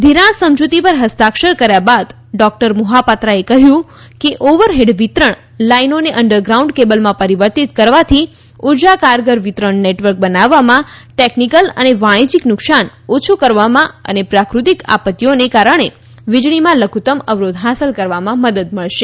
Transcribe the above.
ધિરાણ સમજૂતી પર હસ્તાક્ષર કર્યા બાદ ડોક્ટર મોહાપાત્રાએ કહ્યું કે ઓવરહેડ વિતરણ લાઇનોને અંડરગ્રાઉન્ડ કેબલમાં પરિવર્તીત કરવાથી ઉર્જા કારગાર વિતરણ નેટવર્ક બનાવવામાં ટેકનીકલ અને વાણિજીક નુકશાન ઓછું કરવામાં અને પ્રાકૃતિક આપત્તિઓને કારણે વિજળીમાં લઘુત્તમ અવરોધ હાંસલ કરવામાં મદદ મળશે